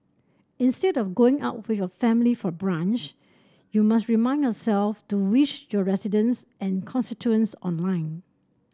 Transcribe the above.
instead of going out with your family for brunch you must remind yourself to wish your residents and constituents online